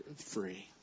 free